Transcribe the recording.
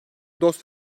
dost